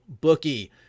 bookie